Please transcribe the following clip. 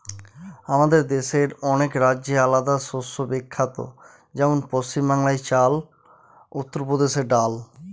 আমাদের দেশের অনেক রাজ্যে আলাদা শস্য বিখ্যাত যেমন পশ্চিম বাংলায় চাল, উত্তর প্রদেশে ডাল